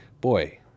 Boy